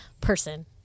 person